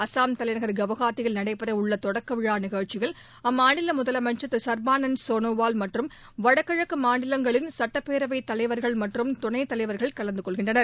அசாம் தலைநகா் கவுகாத்தியில் நடைபெறவுள்ள தொடக்க விழா நிகழ்ச்சியில் அம்மாநில முதலமைச்சர் திரு ஷர்பானந்த சோனாவால் மற்றும் வடகிழக்கு மாநிலங்களின் சட்டப்பேரவை தலைவர்கள் மற்றும் துணைத் தலைவர்கள் கலந்துகொள்கின்றனர்